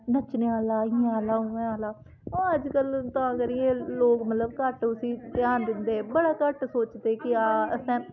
नच्चने आह्ला इ'यां लाउड आह्ला ओह् अज्जकल तां करियै लोक मतलब घट्ट उसी ध्यान दिंदे बड़ा घट्ट सोचदे के हां असें